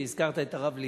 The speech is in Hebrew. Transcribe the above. והזכרת את הרב ליצמן.